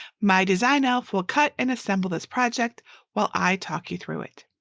my design elf will cut and assemble this project while i talk you through it.